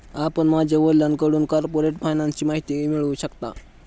आपण माझ्या वडिलांकडून कॉर्पोरेट फायनान्सची माहिती मिळवू शकता